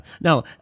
Now